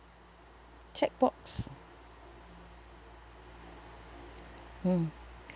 check box mm